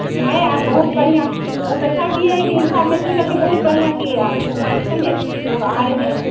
नहीं आप बहुत बढ़िया किए बहुत अच्छा किए कि इंफ़ार्मेसन करके बहुत बढ़िया किए आप समझे हम लोग आ रहे हैं